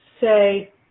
say